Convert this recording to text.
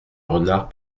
renard